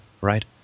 right